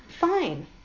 fine